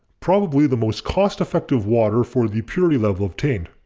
probably the most cost effective water for the purity level obtained.